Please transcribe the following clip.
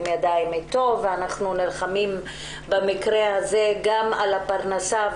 ידיים בו ואנחנו נלחמים במקרה הזה גם על הפרנסה,